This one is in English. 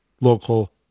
local